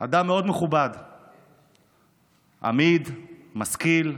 אדם מאוד מכובד, אמיד, משכיל.